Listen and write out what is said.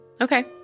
Okay